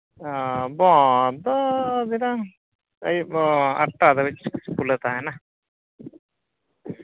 ᱦᱸᱚ ᱵᱚᱱᱫ ᱫᱚ ᱟᱹᱭᱩᱵ ᱟᱴᱴᱟ ᱫᱷᱟᱹᱵᱤᱡ ᱠᱷᱩᱞᱟᱹᱣ ᱛᱟᱦᱮᱱᱟ